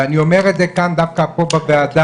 ואני אומר דווקא פה בוועדה.